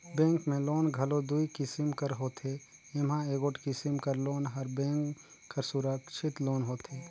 bank में loan घलो दुई किसिम कर होथे जेम्हां एगोट किसिम कर लोन हर बेंक बर सुरक्छित लोन होथे